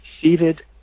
seated